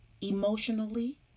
emotionally